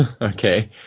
okay